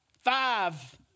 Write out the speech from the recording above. five